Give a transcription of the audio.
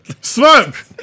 smoke